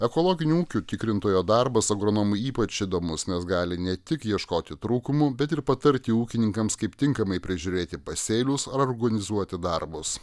ekologinių ūkių tikrintojo darbas agronomui ypač įdomus nes gali ne tik ieškoti trūkumų bet ir patarti ūkininkams kaip tinkamai prižiūrėti pasėlius ar organizuoti darbus